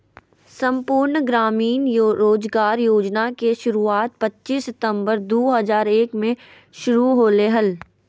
संपूर्ण ग्रामीण रोजगार योजना के शुरुआत पच्चीस सितंबर दु हज़ार एक मे शुरू होलय हल